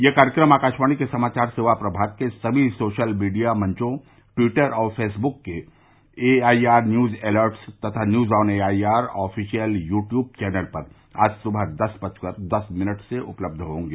यह कार्यक्रम आकाशवाणी के समाचार सेवा प्रभाग के सभी सोशल मीडिया मंचों ट्वीटर और फेसबुक के एयर न्यूज एलर्टस तथा news on A I R official YouTube channel पर आज सुबह दस बजकर दस मिनट से उपलब्ध होंगे